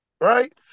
Right